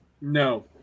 No